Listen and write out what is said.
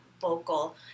vocal